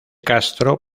castro